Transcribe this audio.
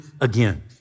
again